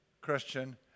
Christian